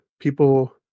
people